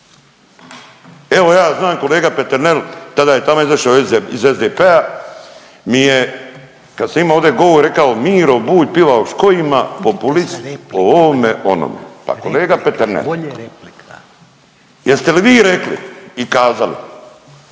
Evo ja znam kolega Peternel, tada je taman izašao iz SDP-a mi je, kad sam ovdje imao govor rekao Miro Bulj piva o škojima, populist, o ovome, o onome. Pa kolega Peternel jeste li vi rekli i kazali